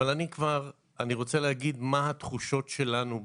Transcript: אבל אני רוצה להגיד מה התחושות שלנו בשטח: